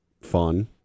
fun